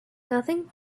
nothing